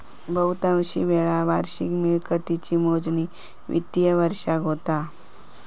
बहुतांशी वेळा वार्षिक मिळकतीची मोजणी वित्तिय वर्षाक होता